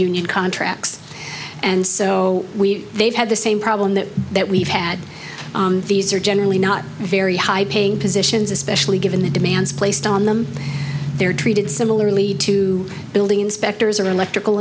union contracts and so we they've had the same problem that that we've had these are generally not very high paying positions especially given the demands placed on them they're treated similarly to building inspectors or electrical